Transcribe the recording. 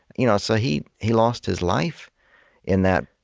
you know so he he lost his life in that.